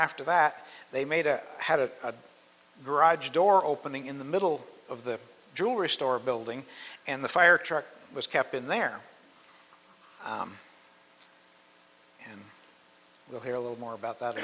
after that they made a had a garage door opening in the middle of the jewelry store building and the fire truck was kept in there and we'll hear a little more about that